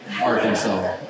Arkansas